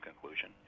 conclusion